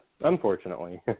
unfortunately